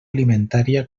alimentària